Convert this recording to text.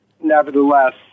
nevertheless